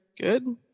good